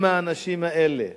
אם האנשים האלה